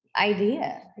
idea